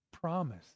promise